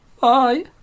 Bye